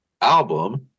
album